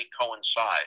coincide